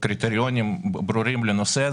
קריטריונים ברורים לנושא,